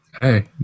Hey